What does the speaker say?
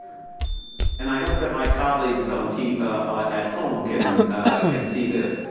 and i hope that my colleagues on teeth at home can can see this.